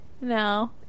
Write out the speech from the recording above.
No